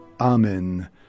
Amen